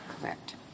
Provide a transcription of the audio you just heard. Correct